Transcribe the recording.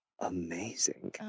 amazing